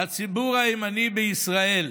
לציבור הימני בישראל